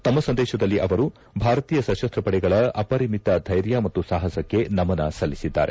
ತಮ್ಮ ಸಂದೇಶದಲ್ಲಿ ಅವರು ಭಾರತೀಯ ಸಶಸ್ತಪಡೆಗಳ ಅಪರಿಮಿತ ಧೈರ್ಯ ಮತ್ತು ಸಾಹಸಕ್ಕೆ ನಮನ ಸಲ್ಲಿಸಿದ್ದಾರೆ